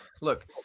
look